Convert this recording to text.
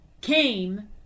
came